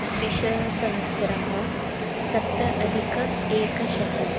द्विसहस्रः सप्ताधिकेकशतम्